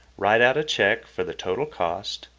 write out a cheque for the total cost,